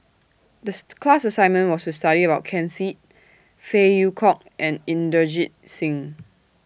This class assignment was to study about Ken Seet Phey Yew Kok and Inderjit Singh